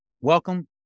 welcome